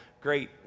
great